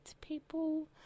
people